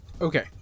Okay